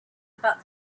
about